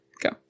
Go